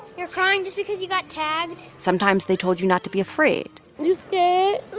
you're crying just because you got tagged? sometimes they told you not to be afraid you scared?